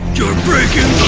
you're breaking